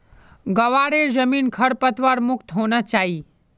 ग्वारेर जमीन खरपतवार मुक्त होना चाई